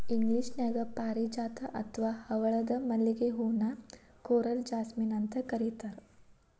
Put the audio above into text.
ಇಂಗ್ಲೇಷನ್ಯಾಗ ಪಾರಿಜಾತ ಅತ್ವಾ ಹವಳದ ಮಲ್ಲಿಗೆ ಹೂ ನ ಕೋರಲ್ ಜಾಸ್ಮಿನ್ ಅಂತ ಕರೇತಾರ